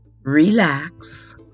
Relax